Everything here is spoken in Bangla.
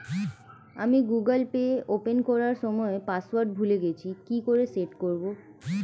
আমি গুগোল পে ওপেন করার সময় পাসওয়ার্ড ভুলে গেছি কি করে সেট করব?